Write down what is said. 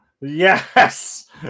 Yes